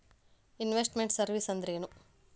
Invest made services ಅಂದ್ರೇನು?